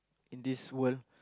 in this world